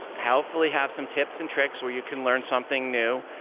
helpfully have some tips and tricks where you can learn something new.